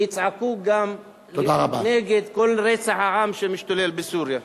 ויצעקו גם נגד כל רצח העם שמשתולל בסוריה.